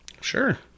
Sure